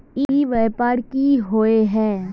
ई व्यापार की होय है?